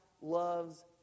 loves